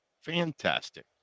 Fantastic